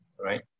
right